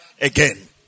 again